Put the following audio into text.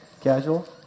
Casual